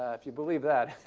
ah if you believe that